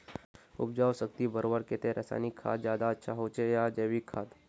उपजाऊ शक्ति बढ़वार केते रासायनिक खाद ज्यादा अच्छा होचे या जैविक खाद?